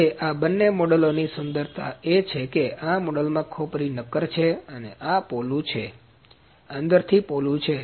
હવે આ બંને મોડેલોની સુંદરતા એ છે કે આ મોડલમાં ખોપરી નક્કર છે અને આ પોલું છે અંદર થી પોલું છે